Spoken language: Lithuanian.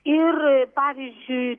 ir pavyzdžiui